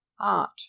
Art